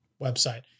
website